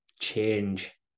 change